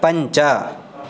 पञ्च